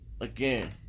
again